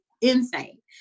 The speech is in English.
insane